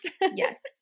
Yes